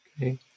Okay